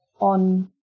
on